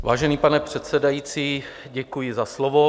Vážený pane předsedající, děkuji za slovo.